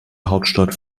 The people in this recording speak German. hauptstadt